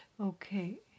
okay